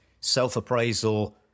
self-appraisal